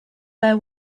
their